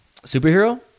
Superhero